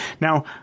Now